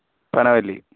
Panavalli